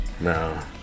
no